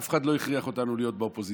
אף אחד לא הכריח אותנו להיות באופוזיציה,